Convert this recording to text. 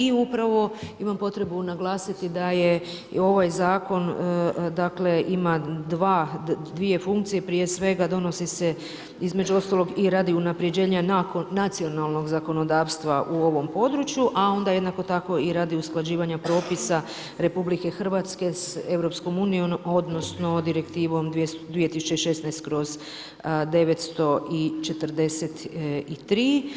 I upravo, imam potrebnu naglasiti da je ovaj zakon, dakle ima 2 funkcije, prije svega donosi se između ostaloga i radi unaprijeđena nacionalnog zakonodavstva u ovom području, a onda jednako tako i radi usklađivanja propisa RH sa EU, odnosno, Direktivom 2016/943.